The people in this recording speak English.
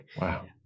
Wow